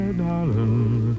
darling